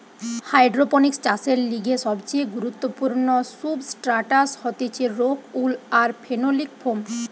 hydroponics চাষের লিগে সবচেয়ে গুরুত্বপূর্ণ সুবস্ট্রাটাস হতিছে রোক উল আর ফেনোলিক ফোম